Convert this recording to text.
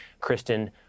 Kristen